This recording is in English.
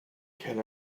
can